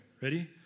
Ready